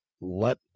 let